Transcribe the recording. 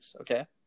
okay